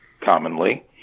commonly